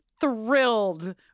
thrilled